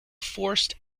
forced